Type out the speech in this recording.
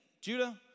Judah